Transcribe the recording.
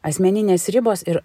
asmeninės ribos ir